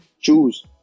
choose